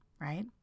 right